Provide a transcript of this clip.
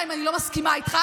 גם אם אני לא מסכימה איתך,